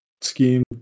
scheme